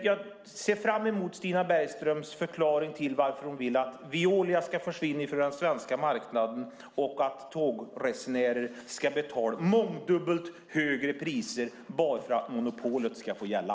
Jag ser fram emot Stina Bergströms förklaring till varför hon vill att Veolia ska försvinna från den svenska marknaden och att tågresenärer ska betala mångdubbelt högre priser bara för att monopolet ska få gälla.